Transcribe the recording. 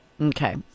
Okay